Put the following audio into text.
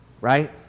Right